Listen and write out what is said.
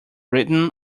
rhythm